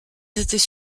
étaient